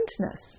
kindness